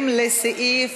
כעת